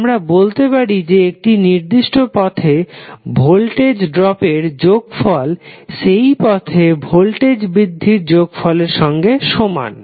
আমরা বলতে পারি যে একটি নির্দিষ্ট পথে ভোল্টেজ ড্রপের যোগফল সেই পথে ভোল্টেজ বৃদ্ধির যোগফলের সঙ্গে সমান